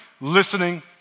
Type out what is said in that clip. listening